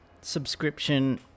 subscription